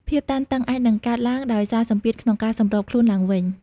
ភាពតានតឹង អាចនឹងកើតឡើងដោយសារសម្ពាធក្នុងការសម្របខ្លួនឡើងវិញ។